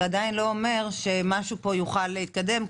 זה עדיין לא אומר שמשהו פה יוכל להתקדם,